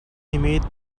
имеет